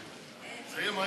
נתקבל.